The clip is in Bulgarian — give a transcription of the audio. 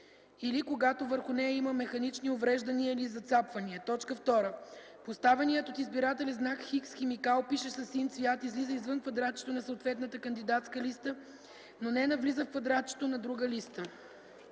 или когато върху нея има механични увреждания или зацапвания; 2. поставеният от избирателя знак „Х”, с химикал, пишещ със син цвят, излиза извън квадратчето на съответната кандидатска листа, но не навлиза в квадратчето на друга листа;